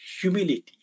humility